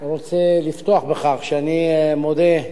ותועבר לוועדת החוקה, נכון?